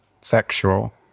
sexual